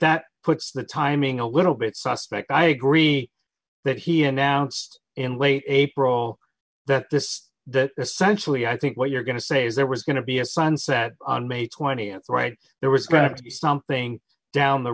that puts the timing a little bit suspect i agree that he announced in late april that this that essentially i think what you're going to say is there was going to be a sunset on may th right there was something down the